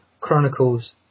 Chronicles